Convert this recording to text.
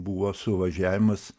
buvo suvažiavimas